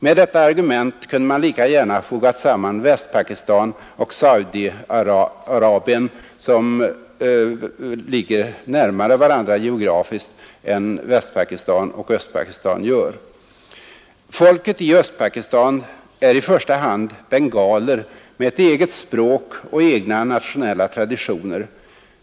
Med detta argument kunde man lika gärna ha fogat samman Västpakistan och Saudiarabien, som ligger närmare varandra geografiskt än Västpakistan och Östpakistan gör. Folket i Östpakistan är i första hand bengaler med ett eget språk och egna nationella traditioner.